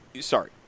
Sorry